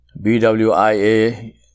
BWIA